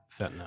fentanyl